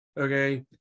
Okay